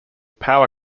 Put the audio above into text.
power